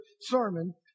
sermon